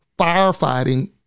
firefighting